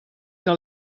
que